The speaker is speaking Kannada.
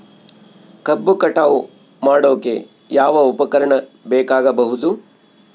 ಕಬ್ಬು ಕಟಾವು ಮಾಡೋಕೆ ಯಾವ ಉಪಕರಣ ಬೇಕಾಗಬಹುದು?